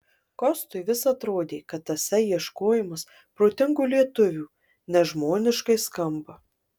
kostui vis atrodė kad tasai ieškojimas protingų lietuvių nežmoniškai skamba